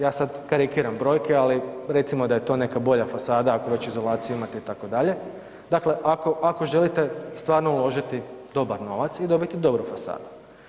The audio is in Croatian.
Ja sad karikiram brojke ali recimo da je to neka bolja fasada, ako već izolaciju imate itd., dakle, ako želite stvarno uložiti dobar novac i dobiti dobru fasadu.